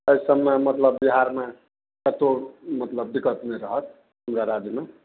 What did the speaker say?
अइ सबमे मतलब बिहारमे कतौ मतलब दिक्कत नहि रहत हमरा राज्यमे